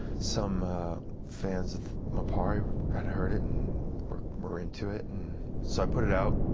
some fans of mappari had heard it and were were into it. and so i put it out,